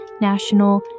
national